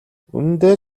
үнэндээ